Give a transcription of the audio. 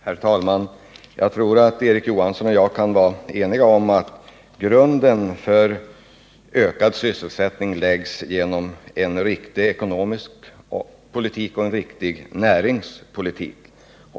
Herr talman! Jag tror att Erik Johansson i Simrishamn och jag kan vara eniga om att grunden för ökad sysselsättning läggs genom en riktig ekonomisk politik och en riktig näringspolitik.